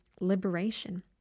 liberation